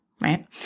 right